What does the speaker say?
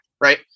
right